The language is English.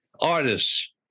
artists